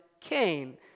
Cain